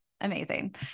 Amazing